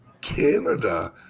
Canada